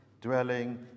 dwelling